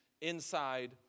inside